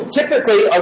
typically